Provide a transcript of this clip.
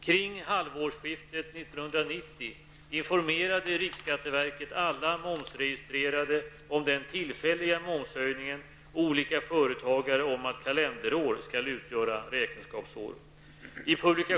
Kring halvårsskiftet 1990 informerade riksskatteverket alla momsregistrerade om den tillfälliga momshöjningen och olika företagare om att kalenderår skall utgöra räkenskapsår.